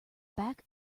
back